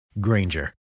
Granger